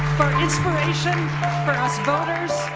inspiration for us voters,